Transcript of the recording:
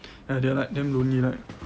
ah they are like damn lonely right